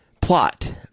plot